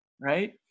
Right